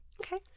Okay